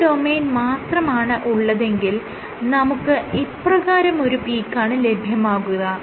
ഒരൊറ്റ ഡൊമെയ്ൻ മാത്രമാണ് ഉള്ളതെങ്കിൽ നമുക്ക് ഇപ്രകാരമൊരു പീക്കാണ് ലഭ്യമാകുക